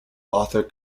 author